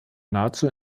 nahezu